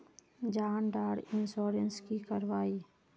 जान डार इंश्योरेंस की करवा ई?